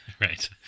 Right